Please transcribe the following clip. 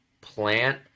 Plant